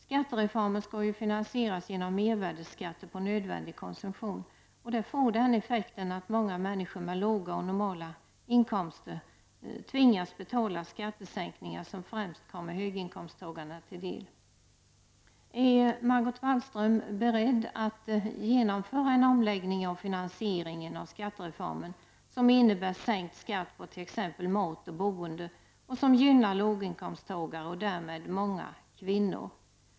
Skattereformen skall ju finansieras genom mervärdeskatt på nödvändig konsumtion, och det får den effekten att många människor med låga och normala inkomster tvingas betala skattesänkningar som främst kommer höginkomsttagare till del. Är Margot Wallström beredd att genomföra en omläggning av finansieringen av skattereformen som innebär sänkt skatt på t.ex. mat och boende och som gynnar låginkomsttagare och därmed många kvinnor?